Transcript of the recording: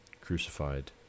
crucified